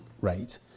rate